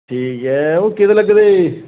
ठीक ऐ ओह् केह्दे लग्गे दे